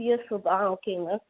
piers soap ஆ ஓகேங்க